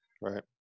Right